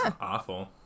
awful